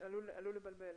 ועלול לבלבל.